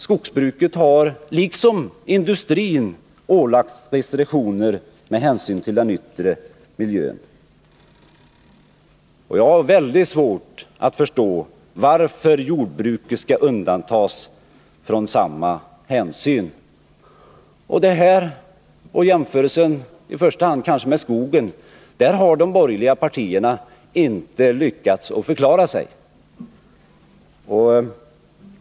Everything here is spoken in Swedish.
Skogsbruket har liksom industrin ålagts restriktioner med hänsyn till den yttre miljön, och jag har väldigt svårt att förstå varför jordbruket skall undantas från samma krav på hänsyn. Härvidlag — och kanske i första hand vid en jämförelse med skogen — har de borgerliga partierna inte lyckats förklara sig.